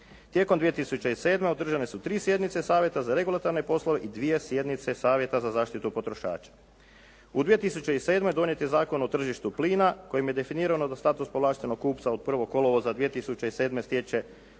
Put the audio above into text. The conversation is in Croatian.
Tijekom 2007. održane su tri sjednice Savjeta za regulatorne poslove i dvije sjednice Savjeta za zaštitu potrošača. U 2007. donijet je Zakon o tržištu plina kojim je definirano da status povlaštenog kupca od 1. kolovoza 2007. stječe